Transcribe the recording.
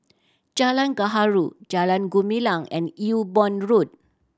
Jalan Gaharu Jalan Gumilang and Ewe Boon Road